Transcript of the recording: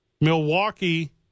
Milwaukee